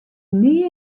nea